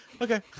Okay